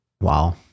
Wow